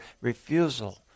refusal